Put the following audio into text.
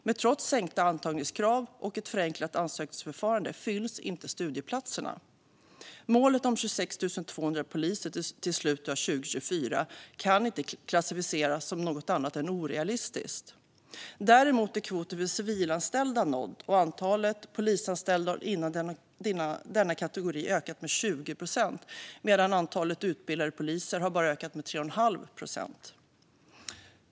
Men trots sänkta antagningskrav och ett förenklat ansökningsförfarande fylls inte studieplatserna. Målet om 26 200 poliser till slutet av 2024 kan inte klassificeras som något annat än orealistiskt. Däremot är kvoten för civilanställda nådd. Antalet polisanställda inom denna kategori har ökat med 20 procent medan antalet utbildade poliser bara har ökat med 3,5 procent.